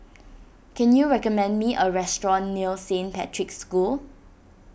can you recommend me a restaurant near Saint Patrick's School